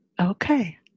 okay